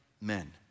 men